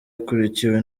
akurikiwe